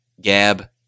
Gab